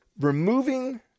removing